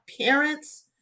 Parents